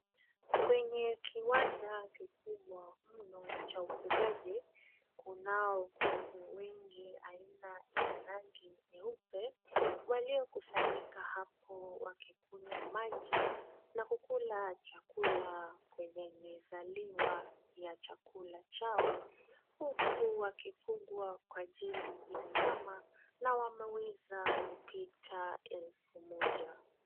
Kwenye kiwanda kikubwa mno cha ufugaji kunao kuku wengi aina ya rangi nyeupe waliokusanyika hapo wakikunywa maji na kukula chakula kwenye mezaliwa ya chakula chao, huku wakifugwa kwa ajili ya nyama na wameweza kupita elfu moja.